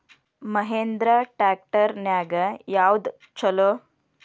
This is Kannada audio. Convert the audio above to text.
ಮಹೇಂದ್ರಾ ಟ್ರ್ಯಾಕ್ಟರ್ ನ್ಯಾಗ ಯಾವ್ದ ಛಲೋ?